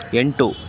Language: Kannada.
ಎಂಟು